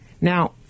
Now